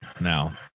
now